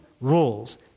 rules